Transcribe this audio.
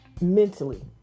mentally